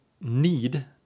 need